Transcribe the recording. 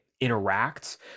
Interact